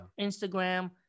Instagram